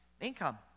income